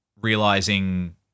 realizing